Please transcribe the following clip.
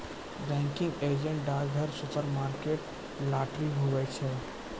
banking agent डाकघर, supermarket, lottery, हुवै छै